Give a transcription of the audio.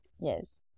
Yes